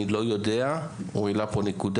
אני לא יודע, הוא העלה פה נקודה.